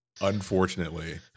Unfortunately